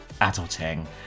adulting